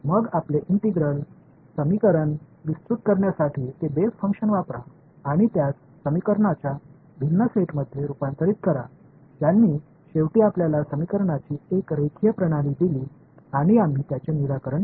मग आपले इंटिग्रल समीकरण विस्तृत करण्यासाठी ते बेस फंक्शन्स वापरा आणि त्यास समीकरणांच्या भिन्न सेटमध्ये रुपांतरित करा ज्यांनी शेवटी आपल्याला समीकरणांची एक रेखीय प्रणाली दिली आणि आम्ही त्याचे निराकरण केले